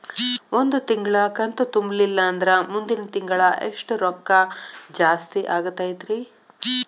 ಒಂದು ತಿಂಗಳಾ ಕಂತು ತುಂಬಲಿಲ್ಲಂದ್ರ ಮುಂದಿನ ತಿಂಗಳಾ ಎಷ್ಟ ರೊಕ್ಕ ಜಾಸ್ತಿ ಆಗತೈತ್ರಿ?